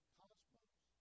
cosmos